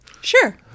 Sure